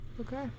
okay